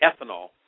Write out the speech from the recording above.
ethanol